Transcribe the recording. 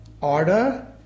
order